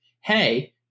hey